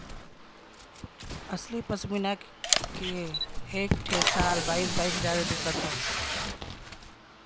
असली पश्मीना के एक ठे शाल बाईस बाईस हजार मे बिकत हौ